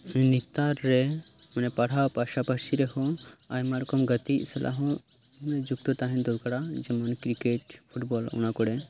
ᱱᱮᱛᱟᱨ ᱨᱮ ᱢᱟᱱᱮ ᱯᱟᱲᱦᱟᱣ ᱯᱟᱥᱟ ᱯᱟᱥᱤ ᱨᱮᱦᱚᱸ ᱟᱭᱢᱟ ᱨᱚᱠᱚᱢ ᱜᱟᱛᱮ ᱥᱟᱞᱟᱜ ᱦᱚᱸ ᱡᱩᱠᱛᱚ ᱛᱟᱦᱮᱱ ᱫᱚᱨᱠᱟᱨᱚᱜᱼᱟ ᱡᱮᱢᱚᱱ ᱠᱨᱤᱠᱮᱴ ᱯᱷᱩᱴᱵᱚᱞ ᱚᱱᱟ ᱠᱚᱨᱮ